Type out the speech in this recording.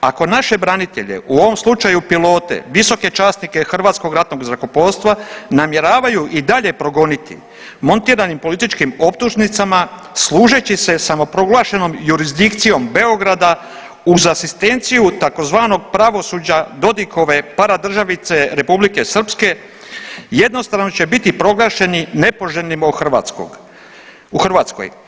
Ako naše branitelje, u ovom slučaju, pilote, visoke časnike Hrvatskog ratnog zrakoplovstva namjeravaju i dalje progoniti montiranim političkim optužnicama služeći se samoproglašenom jurisdikcijom Beograda uz asistenciju tzv. pravosuđa Dodikove paradržavice Republike Srpske, jednostrano će biti proglašeni nepoželjnima u Hrvatskoj.